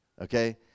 okay